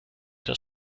das